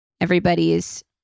everybody's